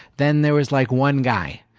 then there was like one guy